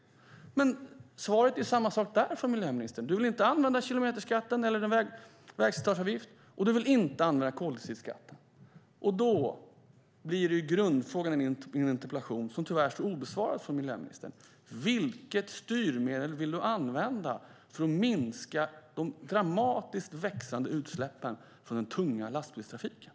Men där är miljöministerns svar detsamma. Hon vill inte använda kilometerskatten eller en vägslitageavgift, och hon vill inte använda koldioxidskatten. Då blir grundfrågan i min interpellation, som miljöministern tyvärr inte har svarat på: Vilket styrmedel vill miljöministern använda för att minska de dramatiskt växande utsläppen från den tunga lastbilstrafiken?